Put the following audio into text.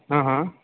हाँ हाँ